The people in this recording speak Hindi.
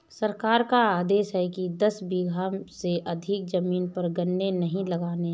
सरकार का आदेश है कि दस बीघा से अधिक जमीन पर गन्ने नही लगाने हैं